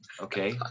okay